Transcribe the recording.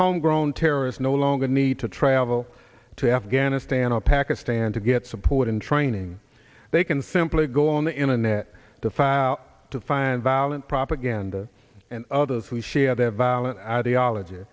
homegrown terrorists no longer need to travel to afghanistan or pakistan to get support and training they can simply go on the internet to file to find violent propaganda and others who share their violent ideology